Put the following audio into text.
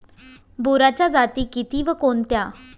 बोराच्या जाती किती व कोणत्या?